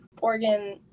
Oregon